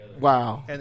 Wow